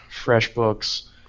FreshBooks